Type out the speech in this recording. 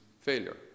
failure